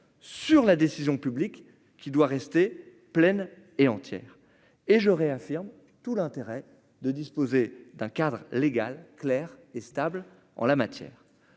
sur la décision publique qui doit rester pleine et entière et je réaffirme tout l'intérêt de disposer d'un cadre légal clair et stable en la matière,